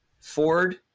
Ford